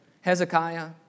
Hezekiah